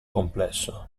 complesso